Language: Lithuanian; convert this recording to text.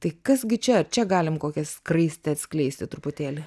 tai kas gi čia ar čia galim kokią skraistę atskleisti truputėlį